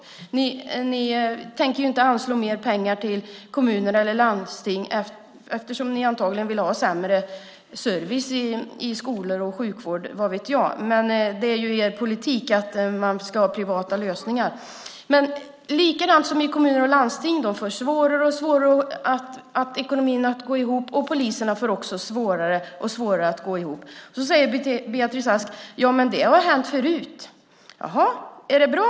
Ni tänker inte anslå mer pengar till kommunerna och landstingen heller, eftersom ni antagligen vill ha sämre service i skolor och inom sjukvården - vad vet jag. Det är ju er politik att ha privata lösningar. På samma sätt som kommunerna och landstingen har svårare och svårare att få ekonomin att gå ihop har polisen svårare och svårare att få det hela att gå ihop. Då säger Beatrice Ask att det hänt tidigare. Jaha, är det bra?